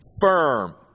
firm